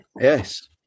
Yes